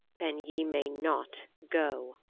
then ye may not go,